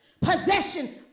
possession